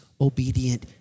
obedient